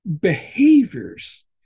behaviors